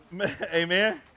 Amen